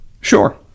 Sure